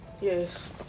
Yes